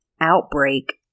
outbreak